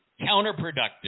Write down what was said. counterproductive